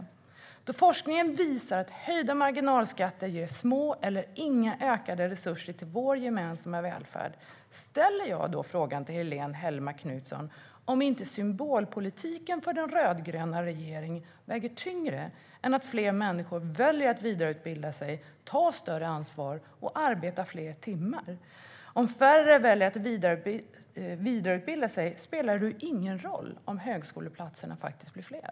Eftersom forskningen visar att höjda marginalskatter ger små eller inga ökade resurser till vår gemensamma välfärd ställer jag frågan till Helene Hellmark Knutson: Väger symbolpolitiken för den rödgröna regeringen tyngre än att fler människor väljer att vidareutbilda sig, ta större ansvar och arbeta flera timmar? Om färre väljer att vidareutbilda sig spelar det ju ingen roll om högskoleplatserna blir fler.